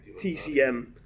TCM